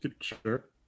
sure